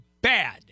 bad